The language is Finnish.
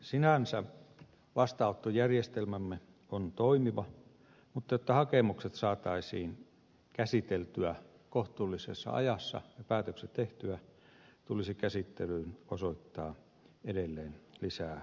sinänsä vastaanottojärjestelmämme on toimiva mutta jotta hakemukset saataisiin käsiteltyä kohtuullisessa ajassa ja päätökset tehtyä tulisi käsittelyyn osoittaa edelleen lisää henkilöresursseja